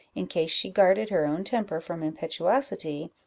in case she guarded her own temper from impetuosity,